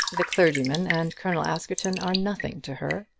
the clergyman and colonel askerton are nothing to her.